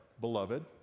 beloved